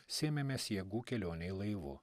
sėmėmės jėgų kelionei laivu